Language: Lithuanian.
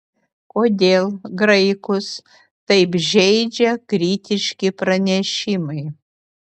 kodėl graikus taip žeidžia kritiški pranešimai